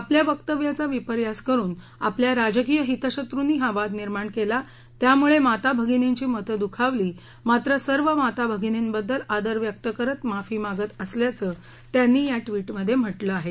आपल्या वक्तव्याचा विपर्यास करून आपल्या राजकीय हितशत्रूंनी हा वाद निर्माण केला त्यामुळे माता भगिनींची मतं दुखावली मात्र सर्व माता भगिनींबद्दल आदर व्यक्त करत माफी मागत असल्याचं त्यांनी या ट्वीटमध्ये म्हटलं आहे